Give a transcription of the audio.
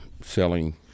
selling